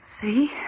See